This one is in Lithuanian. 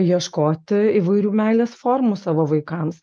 ieškoti įvairių meilės formų savo vaikams